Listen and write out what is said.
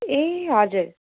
ए हजुर